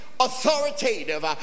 Authoritative